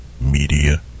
Media